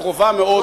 הקרובה מאוד.